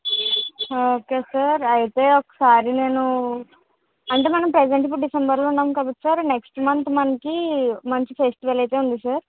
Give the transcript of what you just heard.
హా okay sir అయితే ఒకసారి నేను అంటే మనం ప్రెజంట్ ఇప్పుడు డిసెంబర్లో ఉన్నాం కదా సార్ నెక్స్ట్ మంత్ మనకి మంచి ఫెస్టివల్ అయితే ఉంది సార్